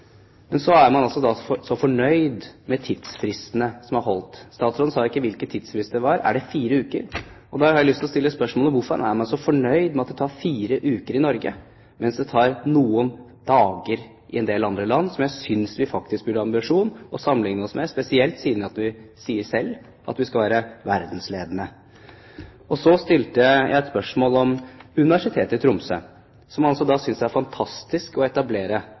Men så er man altså fornøyd med de tidsfristene som er holdt. Statsråden sa ikke hvilken tidsfrist det var. Er det fire uker? Jeg har lyst til å stille spørsmålet: Hvorfor er man så fornøyd med at det tar fire uker i Norge, mens det tar noen dager i en del andre land? Jeg synes faktisk vi burde ha ambisjon om å sammenlikne oss med disse, spesielt siden vi sier selv at vi skal være verdensledende. Så stilte jeg et spørsmål om Universitetet i Tromsø, hvor man synes det er fantastisk